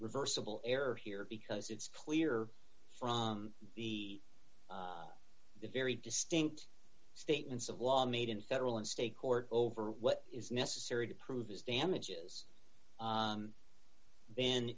reversible error here because it's clear from the very distinct statements of law made in federal and state court over what is necessary to prove his damages then